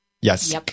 Yes